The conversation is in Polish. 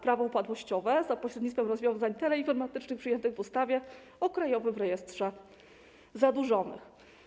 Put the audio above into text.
Prawo upadłościowe za pośrednictwem rozwiązań teleinformatycznych przyjętych w ustawie o Krajowym Rejestrze Zadłużonych.